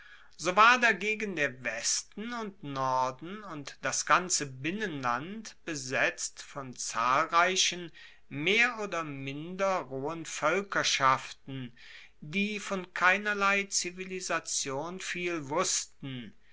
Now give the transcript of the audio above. so war dagegen der westen und norden und das ganze binnenland besetzt von zahlreichen mehr oder minder rohen voelkerschaften die von keinerlei zivilisation viel wussten